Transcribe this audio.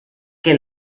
que